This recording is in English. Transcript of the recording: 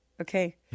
Okay